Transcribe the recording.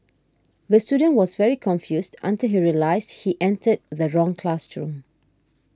the student was very confused until he realised he entered the wrong classroom